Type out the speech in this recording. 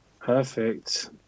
perfect